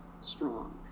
strong